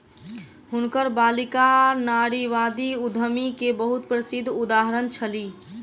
हुनकर बालिका नारीवादी उद्यमी के बहुत प्रसिद्ध उदाहरण छली